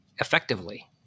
effectively